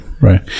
right